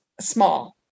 small